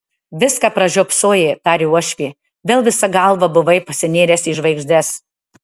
viską pražiopsojai tarė uošvė vėl visa galva buvai pasinėręs į žvaigždes